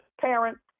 parents